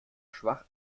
schwach